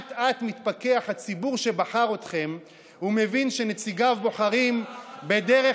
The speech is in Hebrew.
אט-אט מתפכח הציבור שבחר אתכם ומבין שנציגיו בוחרים בדרך